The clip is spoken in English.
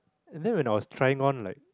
and then when I was trying on like